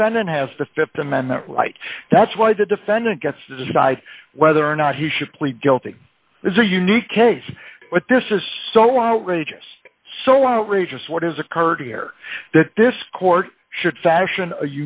defendant has the th amendment right that's why the defendant gets to decide whether or not he should plead guilty is a unique case but this is so outrageous so outrageous what has occurred here that this court sh